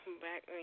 back